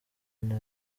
nta